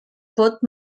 pot